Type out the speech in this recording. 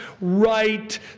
right